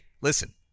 listen